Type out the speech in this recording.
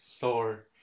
Thor